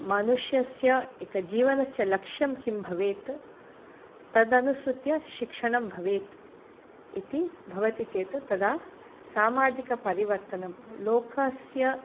मनुष्यस्य एकजीवनस्य लक्ष्यं किं भवेत् तदनुसृत्य शिक्षणं भवेत् इति भवति चेत् तदा सामाजिकपरिवर्तनं लोकस्य